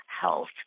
health